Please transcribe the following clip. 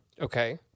Okay